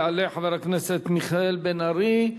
יעלה חבר הכנסת מיכאל בן-ארי,